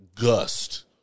gust